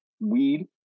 weed